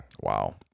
Wow